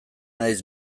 naiz